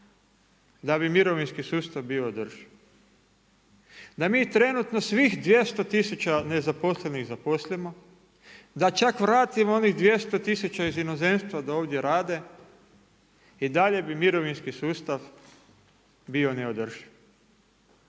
da bi mirovinski sustav bio održiv. Da mi trenutno svih 200000 nezaposlenih zaposlimo, da čak vratimo onih 200000 iz inozemstva da ovdje rade, i dalje bi mirovinski sustav bio neodrživ.